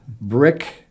brick